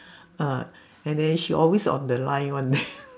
uh and then she always on the line [one]